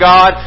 God